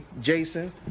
Jason